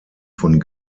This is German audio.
von